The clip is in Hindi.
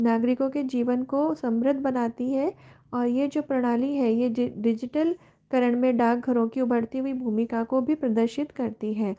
नागरिकों के जीवन को समृद्ध बनाती है और यह जो प्रणाली है यह डिजिटल करण में डाक घरों की उभरती हुई भूमिका को भी प्रदर्शित करती है